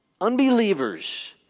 unbelievers